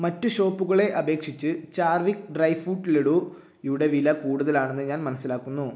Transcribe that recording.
മറ്റ് ഷോപ്പുകളെ അപേക്ഷിച്ച് ചാർവിക് ഡ്രൈ ഫ്രൂട്ട് ലഡൂയുടെ വില കൂടുതലാണെന്ന് ഞാൻ മനസ്സിലാക്കുന്നു